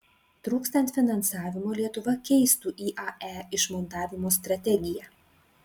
trūkstant finansavimo lietuva keistų iae išmontavimo strategiją